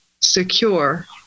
secure